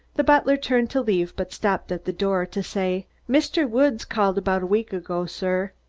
the butler turned to leave but stopped at the door to say mr. woods called about a week ago, sir.